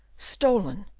stolen!